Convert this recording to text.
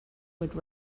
would